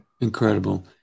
Incredible